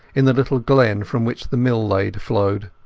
in the little glen from which the mill-lade flowed.